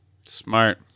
Smart